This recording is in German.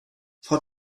frau